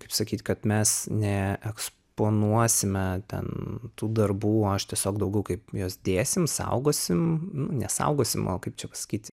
kaip sakyt kad mes neeksponuosime ten tų darbų aš tiesiog daugiau kaip juos dėsim saugosim ne saugosim o kaip čia pasakyt